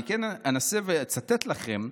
אני כן אנסה לצטט לכם: